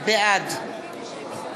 בעד